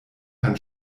herrn